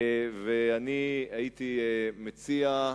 והייתי מציע,